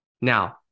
Now